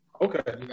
Okay